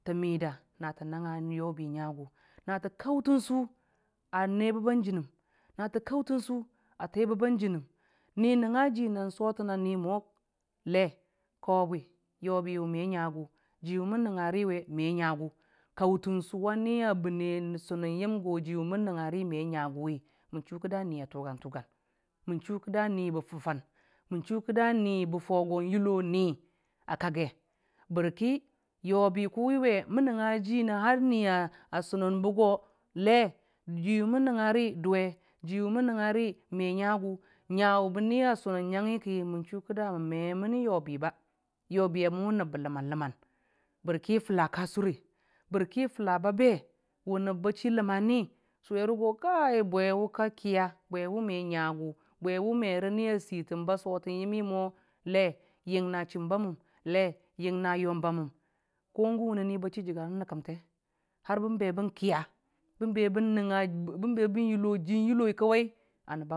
Tə midə nəto nəngngə yobi ngəgʊ nətə kəntənsʊ ə nebobə jənəm tə kəntən sʊ teebəbə jənəm ni nəngngə ji nəna sotana nimo le kəwe bwi yobiwe me ngəgʊ jiwe mən nəngəri we me ngagʊ kəntənsʊ ə niyə bəne sononyəm go jimən nəngənri me ngagʊ mən chi kidə ni hi a tʊgən tʊgən mən chʊ kidə nihi bə tʊgan- tʊgan mən chʊ kida nihi bə fwʊ go yido ni ə kəgge barki yobi kʊwiwe mən nəngngə ji yobi kʊwiwe mən nəngngə ji nə har ni ə sʊnanbe go le jiwe mən nəngngə ri dʊwe jiwe mən nangngari me ngəgʊ dʊwe ngawe bə ni ə sʊnənbe go le jiwe mən nangnga ri dʊwe jiwe mən nangngari me ngəgʊ dʊwe ngəwe bə ni ə sʊnən ngangngi ki mə chʊ kida mən məemənə yobi yobiyəmʊ nəbbə ləmən- ləmən bərki tʊlə kə sʊrə bərkifʊlə bə be wʊ nəb bə chi ləməngngi wʊwere go kəi bwe we kə kiyə bwewe me ngəgʊ bwewe merə ni ə switan bə sotan yam le yəngnə chiimbə mʊm le yəngngə yombə mʊn ko gan wʊre ni bə chi a jagan rə kamte har bən be bən kiyə ban be bən nong bən be bən yʊlo jiin yobi an.